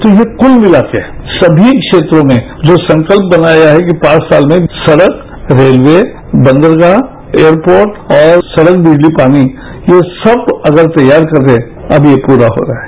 तो ये कुल मिला के सभी क्षेत्रों में जो संकल्प बनाया है कि पांच साल में सड़क रेलये बंदरगाह एयरपोर्ट और सड़क बिजली पानी ये सब अगर तैयार करे अब ये पूरा हो रहा है